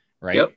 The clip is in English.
right